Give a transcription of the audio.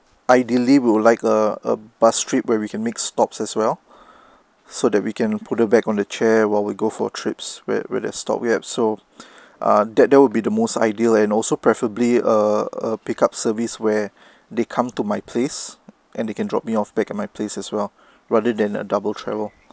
ideally we would like a a bus trip where we can make stops as well so that we can put her back on the chair while we go for trips with with the stop we at so um that there would be the most ideal and also preferably err a pick up service where they come to my place and they can drop me off back at my place as well rather than a double travel